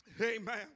Amen